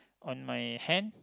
on my hand